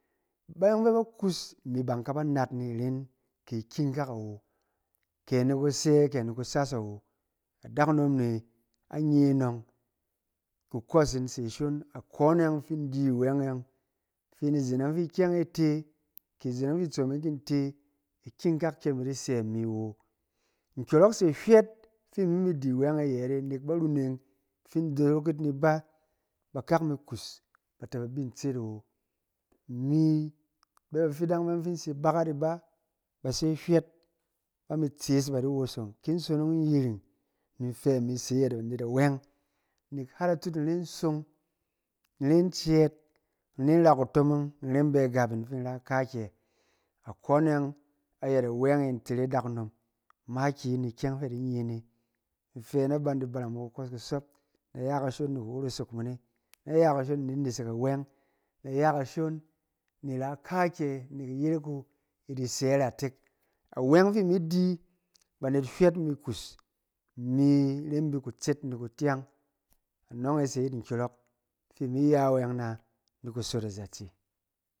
Bayɔng fɛ ba kus imi ba in ka ba nat ni iren, kɛ ikikak awo, kɛ ni kusɛ kɛ in kusas awo, adakunom ne a nye anɔng, kukos in se ashon. Akone yɔng fin in di wɛng e yɔng, fin ni zen e yɔng fi ikyɛng e te, kɛ izen yɔng fi itsom e kin te, ikikak kyem i di sɛ imi awo. Nkyɔrɔk se hywɛt fi imi mi di awɛng ayɛt e, nek baruneng fin in dorok yit ni ba, bakak mi kus ba tɛ ba bi ntset awo. Imi bɛ bafidan fin in se yit bakat ni ba, ba se hywɛt, ba mi tses ba di wosong, ki in sonong in yiring ni in fɛ imi sɛ ayɛt banet awɛng, nɛk har atut in ren song, in ren cɛɛt, in ren ra kutomong, in ren bɛ agap'in fin in ra kaakyɛ. Akone yɔng ayɛt awɛng e in tere adakunom makiyi ni ikyɛng fɛ a di nye ne. In fɛ na ban di barang mo kusok kusoop, na ya kashon ni ku rosok mo ne, na ya kashon i di nesek awɛng, na ya kashon ni ra kaakyɛ nɛk iyerek wu i di sɛ iratek. Awɛng fi imi di, banet hywɛt mi kus, imi ren bɛ kutset ni kukyang, anɔng e se ayɛt nkyɔrɔk fi imi ya wɛng na ni kusot azatse.